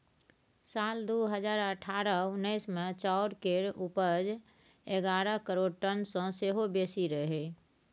साल दु हजार अठारह उन्नैस मे चाउर केर उपज एगारह करोड़ टन सँ सेहो बेसी रहइ